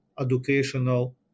educational